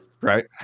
Right